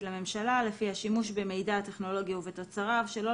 לממשלה לפיה שימוש במידע הטכנולוגי ובתוצריו שלא